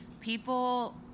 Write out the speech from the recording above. people